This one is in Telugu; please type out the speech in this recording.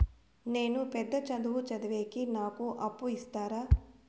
నేను పెద్ద చదువులు చదివేకి నాకు అప్పు ఇస్తారా